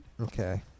Okay